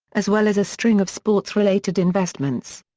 as well as a string of sports-related investments.